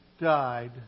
died